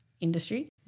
industry